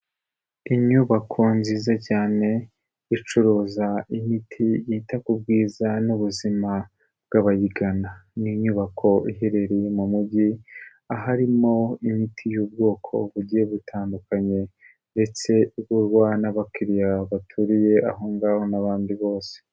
Inyubako nziza cyane, icuruza imiti yita ku bwiza n'ubuzima bw'abayigana, ni inyubako iherereye mu mujyi, aharimo imiti y'ubwoko bugiye butandukanye, ndetse igurwa n'abakiriya baturiye ahongaho n'abandi bose.